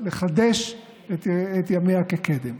לחדש את ימיה כקדם.